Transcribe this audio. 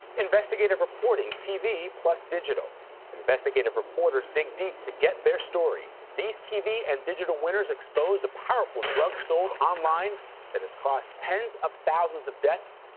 investigative reporting tv digital investigative reporters dig deep to get their story. these tv and digital winners exposed powerful drugs sold online that has caused tens of thousands of deaths,